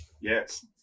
Yes